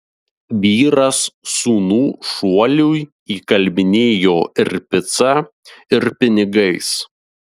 vyras sūnų šuoliui įkalbinėjo ir pica ir pinigais